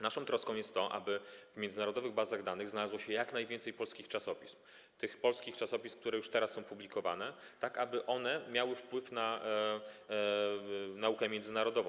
Naszą troską jest to, aby w międzynarodowych bazach danych znalazło się jak najwięcej polskich czasopism, tych polskich czasopism, które już teraz są publikowane, tak aby miały one wpływ na naukę międzynarodową.